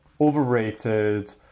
overrated